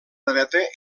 dreta